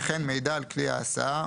וכן מידע על כלי ההסעה,